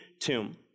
tomb